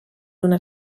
una